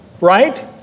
right